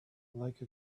like